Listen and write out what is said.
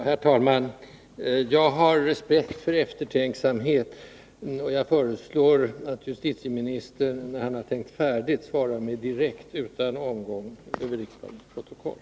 Herr talman! Jag har respekt för eftertänksamhet. Jag föreslår att justitieministern, när han har tänkt färdigt, svarar mig direkt, utan omgång över riksdagens protokoll.